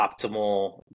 optimal